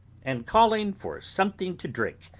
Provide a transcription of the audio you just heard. and calling for something to drink,